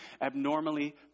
abnormally